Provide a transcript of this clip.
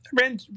Ran